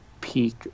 peak